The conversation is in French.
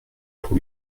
pour